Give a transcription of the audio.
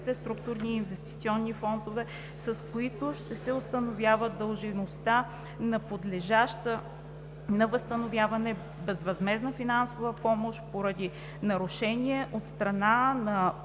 структурни и инвестиционни фондове, с които ще се установява дължимостта на подлежаща на възстановяване безвъзмездна финансова помощ, поради нарушение от страна на